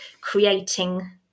creating